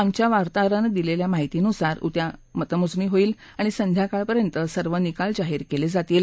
आमच्या वार्ताहरांना दिलेल्या माहितीनुसार उद्या मतमोजणी होईल आणि संध्याकाळपर्यंत सर्व निकाल जाहीर केले जातील